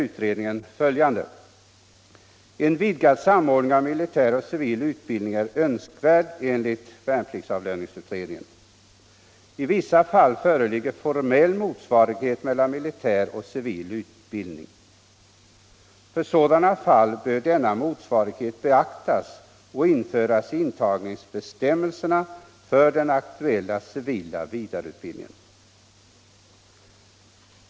Utredningen säger följande: ”En vidgad samordning av militär och civil utbildning är önskvärd enligt VAU. I vissa fall föreligger formell motsvarighet mellan militär och civil utbildning. För sådana fall bör denna motsvarighet beaktas och införas i intagningsbestämmelserna för den aktuella civila vidareutbildningen.